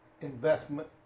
investment